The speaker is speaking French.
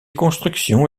constructions